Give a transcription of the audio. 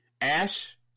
Ash